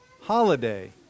holiday